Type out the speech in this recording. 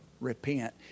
repent